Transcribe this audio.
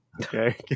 Okay